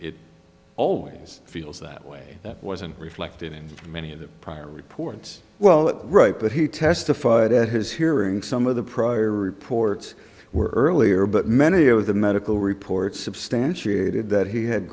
it always feels that way that wasn't reflected in many of the prior reports well right but he testified at his hearing some of the prior reports were earlier but many of the medical reports substantiated that he had